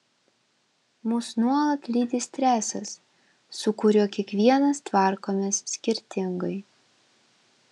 mus nuolatos lydi stresas su kuriuo kiekvienas tvarkomės skirtingai